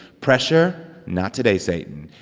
pressure not today, satan.